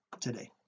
today